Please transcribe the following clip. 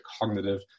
cognitive